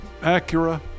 Acura